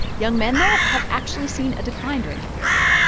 young men, though, have actually seen a decline during that period